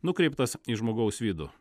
nukreiptas į žmogaus vidų